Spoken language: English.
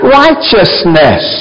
righteousness